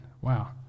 Wow